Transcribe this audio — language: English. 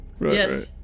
Yes